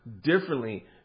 differently